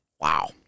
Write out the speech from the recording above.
Wow